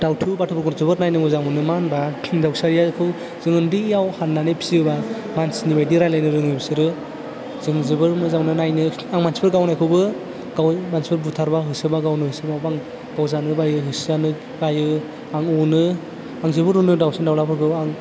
दाउथु बाथ'फोरखौ जोबाद नायनो मोजां मोनो मा होनबा दाउसारियाखौ जों ओन्दैयाव हाननानै फियोबा मानसिनिबायदि रायलायनो रोङो बिसोरो जों जोबोर मोजां मोनो नायनो आं मानसिफोर गावनायखौबो मानसिफोर बुथारबा होसोबा गावनो होसोबा आं गावजानो बायो होसो जानो बायो आं अनो आं जोबोद अनो दाउसिन दावलाफोरखौ आं